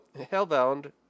Hellbound